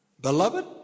Beloved